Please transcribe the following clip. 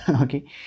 okay